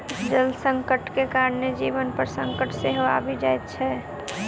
जल संकटक कारणेँ जीवन पर संकट सेहो आबि जाइत छै